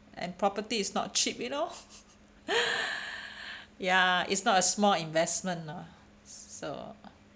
and property is not cheap you know ya it's not a smart investment lah so